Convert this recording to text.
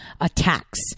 attacks